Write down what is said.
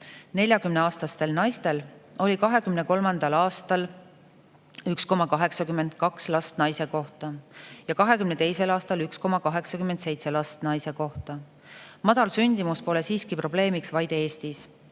40‑aastastel naistel oli 2023. aastal 1,82 last naise kohta ja 2022. aastal 1,87 last naise kohta. Madal sündimus pole probleemiks ainult Eestis,